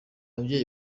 babyeyi